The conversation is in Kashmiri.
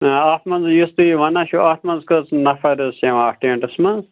نَہ اَتھ منٛز یُس تُہۍ یہِ وَنان چھُو اَتھ منٛز کٔژ نَفَر حظ چھِ یِوان اَتھ ٹٮ۪نٛٹَس منٛز